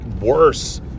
worse